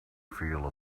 feel